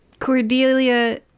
Cordelia